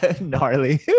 Gnarly